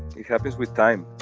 it happens with time